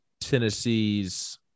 Tennessee's